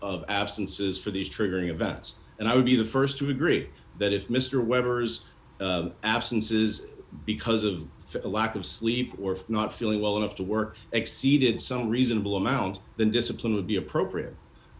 of absences for these triggering events and i would be the st to agree that if mr weber's absences because of a lack of sleep or not feeling well enough to work exceeded some reasonable amount then discipline would be appropriate i